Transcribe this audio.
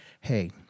hey